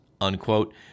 unquote